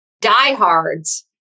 diehards